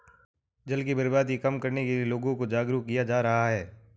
जल की बर्बादी कम करने के लिए लोगों को जागरुक किया जा रहा है